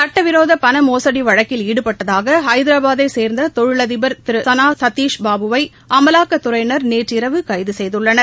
சுட்டவிரோத பண மோசடி வழக்கில் ஈடுபட்டதாக ஹைதராபாத்தைச் சேர்ந்த தொழிலதிபர் திரு சானா சதிஷ் பாபுவை அமலாக்கத்துறையினர் நேற்று இரவு கைது செய்துள்ளனர்